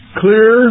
clear